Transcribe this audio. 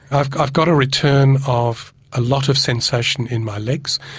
i've i've got a return of a lot of sensation in my legs,